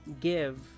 give